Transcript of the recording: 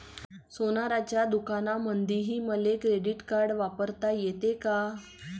सोनाराच्या दुकानामंधीही मले क्रेडिट कार्ड वापरता येते का?